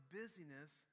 busyness